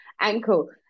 ankle